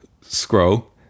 Scroll